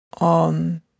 on